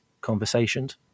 conversations